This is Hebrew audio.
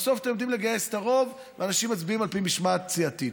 בסוף אתם יודעים לגייס את הרוב ואנשים מצביעים על פי משמעת סיעתית,